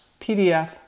pdf